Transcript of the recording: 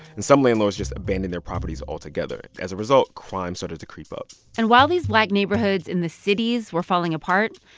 and some landlords just abandoned their properties altogether. as a result, crime started to creep up and while these black neighborhoods in the cities were falling apart,